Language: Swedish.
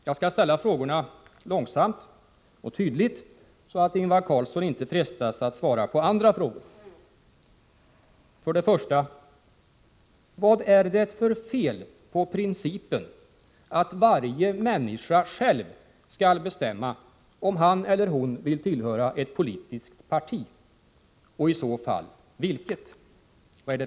Jag skall ställa frågorna långsamt och tydligt, så att Ingvar Carlsson inte frestas att svara på andra frågor. För det första: Vad är det för fel på principen att varje människa själv skall bestämma om han eller hon vill tillhöra ett politiskt parti?